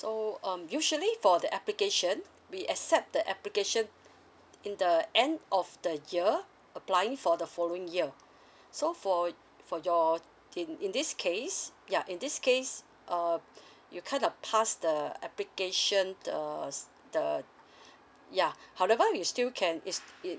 so um usually for the application we accept the application in the end of the year applying for the following year so for for your in in this case ya in this case uh you kinda past the application the uh ya however you still can is it